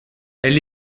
elle